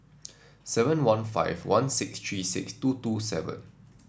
seven one five one six three six two two seven